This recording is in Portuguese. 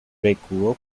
recuou